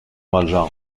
valjean